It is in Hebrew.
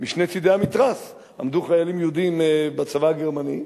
משני צדי המתרס עמדו חיילים יהודים בצבא הגרמני,